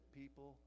people